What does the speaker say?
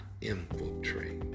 infiltrate